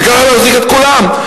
וככה להחזיק את כולם.